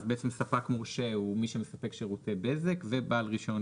אז בעצם ספק מורשה הוא מי שמספק שירותי בזק ובעל רישיון